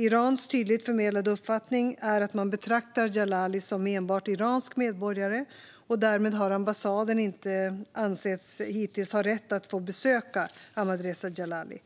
Irans tydligt förmedlade uppfattning är att man betraktar Djalali som enbart iransk medborgare, och därmed har ambassaden hittills inte ansetts ha rätt att få besöka Ahmadreza Djalali.